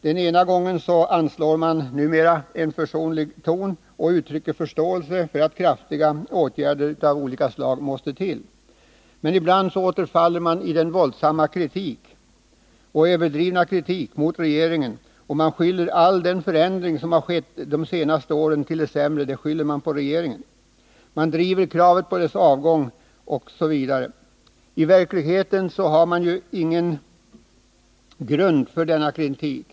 Den ena gången anslår man en försonlig ton och uttrycker förståelse för att kraftiga åtgärder av olika slag måste vidtas. Men ibland återfaller man i den våldsamt överdrivna kritiken mot regeringen, man skyller all den förändring till det sämre som skett de senaste åren på regeringen, man driver kravet på regeringens avgång osv. I verkligheten har man ingen grund för denna kritik.